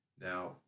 Now